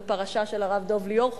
בפרשה של הרב דב ליאור,